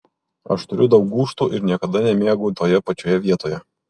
aš turiu daug gūžtų ir niekada nemiegu toje pačioje vietoje